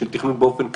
של תכנון באופן כללי,